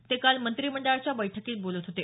ते काल मंत्रिमंडळाच्या बैठकीत बोलत होते